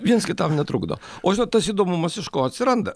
viens kitam netrukdo o žinot tas įdomumas iš ko atsiranda